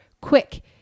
quick